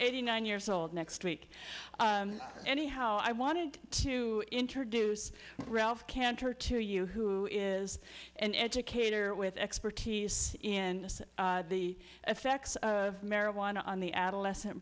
eighty nine years old next week anyhow i wanted to introduce ralph kantor to you who is an educator with expertise in the effects of marijuana on the adolescent